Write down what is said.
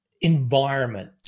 environment